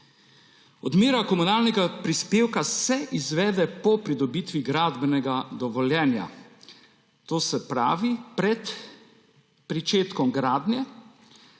Odmera komunalnega prispevka se izvede po pridobitvi gradbenega dovoljenja, to se pravi pred pričetkom gradnje.